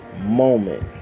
moment